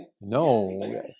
No